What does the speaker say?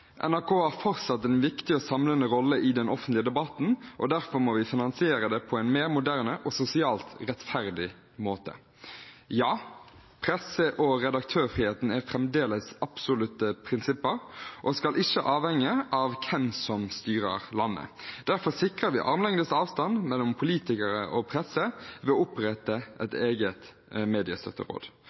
NRK har fortsatt en viktig og samlende rolle i den offentlige debatten, og derfor må vi finansiere det på en mer moderne og sosialt rettferdig måte. Ja, presse- og redaktørfriheten er fremdeles absolutte prinsipper og skal ikke avhenge av hvem som styrer landet. Derfor sikrer vi armlengdes avstand mellom politikere og presse ved å opprette et eget mediestøtteråd.